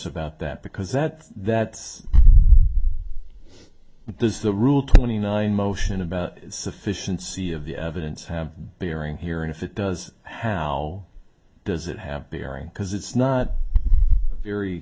about that because that that's does the rule twenty nine motion about sufficiency of the evidence have bearing here and if it does how does it have bearing because it's not very